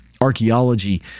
archaeology